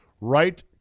right